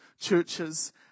churches